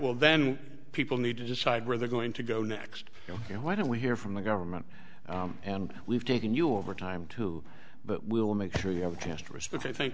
well then people need to decide where they're going to go next you know why don't we hear from the government and we've taken you over time too but we'll make sure you have just respect i think